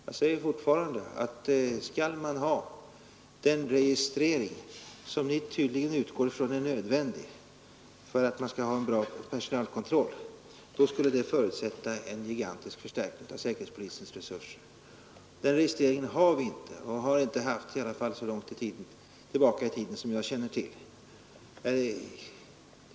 Jag säger fortfarande att, om man skall ha den registrering som ni tydligen utgår ifrån är nödvändig för en bra personalkontroll, skulle det förutsätta en gigantisk förstärkning av säkerhetspolisens resurser. En sådan registrering har vi inte och har inte haft, i alla fall så långt tillbaka i tiden som jag känner till.